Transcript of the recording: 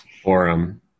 forum